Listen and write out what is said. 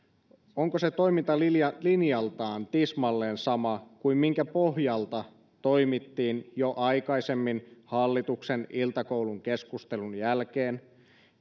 on toimintalinjaltaan tismalleen sama kuin minkä pohjalta toimittiin jo aikaisemmin hallituksen iltakoulun keskustelun jälkeen